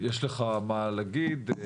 יש לך מה להגיד?